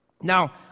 Now